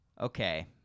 Okay